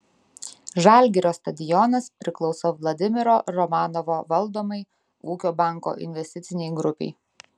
žalgirio stadionas priklauso vladimiro romanovo valdomai ūkio banko investicinei grupei